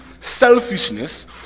selfishness